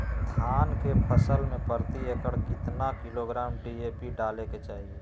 धान के फसल में प्रति एकड़ कितना किलोग्राम डी.ए.पी डाले के चाहिए?